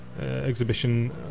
exhibition